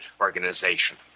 organization